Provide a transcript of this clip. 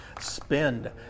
Spend